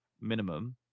minimum